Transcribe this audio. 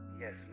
Yes